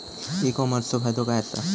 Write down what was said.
E कॉमर्सचो फायदो काय असा?